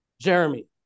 Jeremy